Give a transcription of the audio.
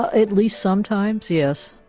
ah at least sometimes, yes.